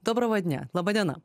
dobrovo dnia laba diena